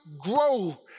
grow